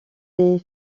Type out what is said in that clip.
des